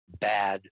bad